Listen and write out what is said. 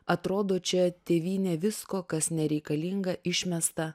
atrodo čia tėvynė visko kas nereikalinga išmesta